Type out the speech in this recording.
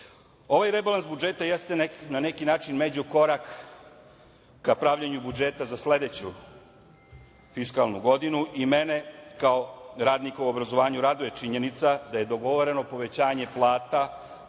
rebalans budžeta jeste na neki način međukorak ka pravljenju budžeta za sledeću fiskalnu godinu i mene kao radnika u obrazovanju raduje činjenica da je dogovoreno povećanje plata